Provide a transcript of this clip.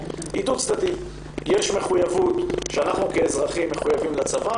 יש מחויבות שאנחנו כאזרחים מחויבים לצבא,